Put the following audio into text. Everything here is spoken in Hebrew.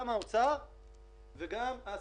גם האוצר וגם העסקים,